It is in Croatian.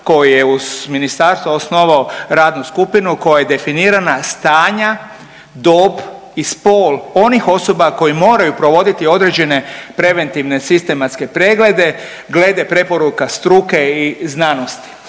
koje je uz ministarstvo osnovao radnu skupinu koji je definirana stanja, dob i spol onih osoba koji moraju provoditi određene preventivne sistematske preglede glede preporuka struke i znanosti.